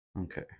Okay